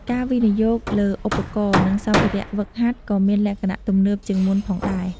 ការវិនិយោគលើឧបករណ៍ និងសម្ភារៈហ្វឹកហាត់ក៏មានលក្ខណៈទំនើបជាងមុនផងដែរ។